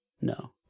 No